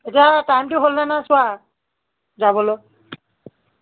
এতিয়া টাইমটো হ'ল নে নাই চোৱা যাবলৈ